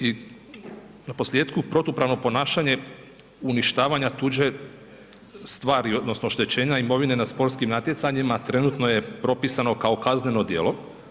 I naposljetku, protupravno ponašanje uništavanja tuđe stvari odnosno oštećenja imovine na sportskim natjecanjima trenutno je propisano kao kazneno djelo.